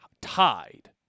tied